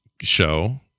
show